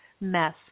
mess